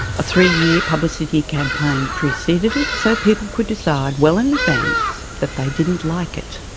a three-year publicity campaign preceded it, so people could decide well in advance that they didn't like it.